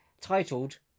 titled